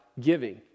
giving